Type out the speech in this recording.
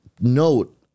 note